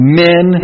men